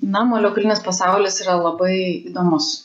na molekulinis pasaulis yra labai įdomus